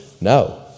no